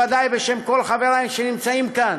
ודאי בשם כל חבריי שנמצאים כאן,